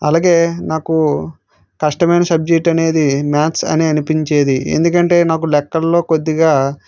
అలాగే నాకు కష్టమైన సబ్జెక్ట్ అనేది మ్యాథ్స్ అని అనిపించేది ఎందుకంటే నాకు లెక్కలలో కొద్దిగా